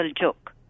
joke